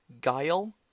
Guile